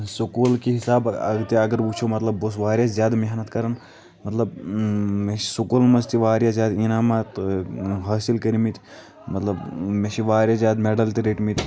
school کہِ حِسابہٕ تہِ اَگر وٕچھو مطلب بہٕ اوسُس واریاہ زیادٕ محنَت کَران مطلب مےٚ چھِ سٔکوٗلَن منٛز تہِ واریاہ زیادٕ اِنعامات حٲصِل کٔرۍ مٕتۍ مطلب مےٚ چھِ واریاہ زیادٕ میٚڈَل تہِ رٔٹۍ مٕتۍ